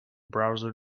browser